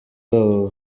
babo